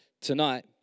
tonight